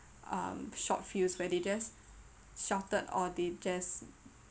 um short fused where they just shouted or they just